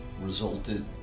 resulted